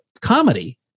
comedy